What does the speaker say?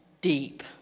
deep